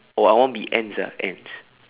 oh I want to be ants ah ants